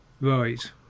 Right